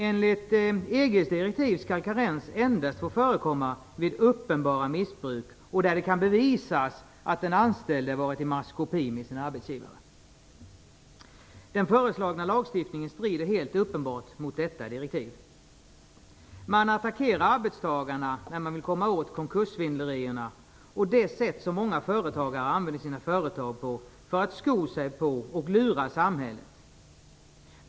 Enligt EG:s direktiv skall karens få förekomma endast vid uppenbara missbruk och där det kan bevisas att den anställde varit i maskopi med sin arbetsgivare. Den föreslagna lagstiftningen strider helt uppenbart mot detta direktiv. Man attackerar arbetstagarna när man vill komma åt konkurssvindlerierna och det sätt som många företagare använder sina företag på för att sko sig på och lura samhället.